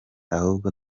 ahubwo